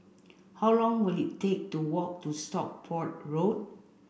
how long will it take to walk to Stockport Road